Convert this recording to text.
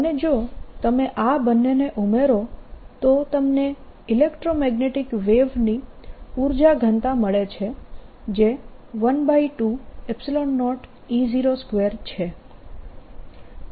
અને જો તમે આ બે ને ઉમેરો તો તમને EM વેવની ઉર્જા ઘનતા મળે છે જે 120E02 છે